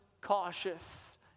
cautious